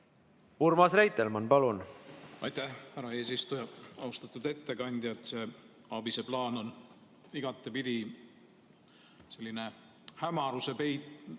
Urmas Reitelmann, palun!